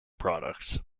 products